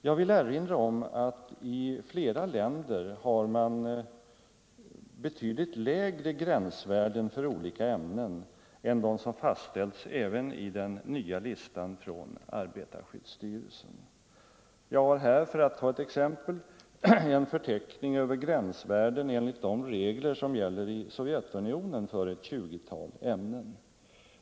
Jag vill erinra om att i flera länder har man betydligt lägre gränsvärden för olika ämnen än de som fastställts även i den nya listan från arbetarskyddsstyrelsen. Jag har i min hand, för att ta ett exempel, en förteckning över gränsvärden enligt de regler som gäller i Sovjetunionen för ett tjugotal ämnen.